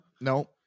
no